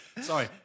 Sorry